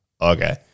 Okay